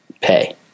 pay